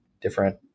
different